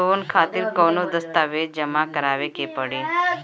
Loan खातिर कौनो दस्तावेज जमा करावे के पड़ी?